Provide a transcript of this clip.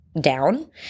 down